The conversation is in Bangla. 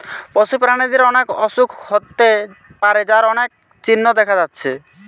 পশু প্রাণীদের অনেক অসুখ হতে পারে যার অনেক চিহ্ন দেখা যাচ্ছে